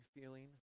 feeling